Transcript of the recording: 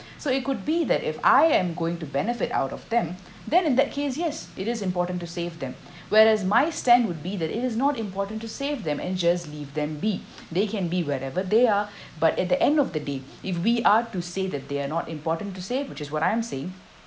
so it could be that if I am going to benefit out of them then in that case yes it is important to save them whereas my stand would be that it is not important to save them and just leave them be they can be wherever they are but at the end of the day if we are to say that they are not important to save which is what I'm saying